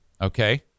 okay